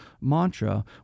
mantra